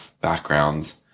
backgrounds